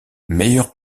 meilleures